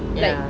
ya